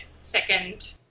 second